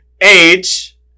age